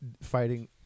fighting